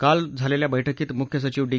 काल झालेल्या बैठकीत मुख्य सचिव डी